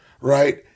Right